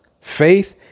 faith